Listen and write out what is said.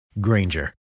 Granger